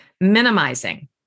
Minimizing